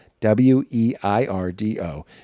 W-E-I-R-D-O